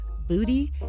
booty